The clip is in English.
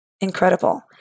incredible